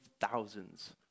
thousands